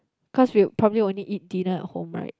cause we probably only eat dinner at home right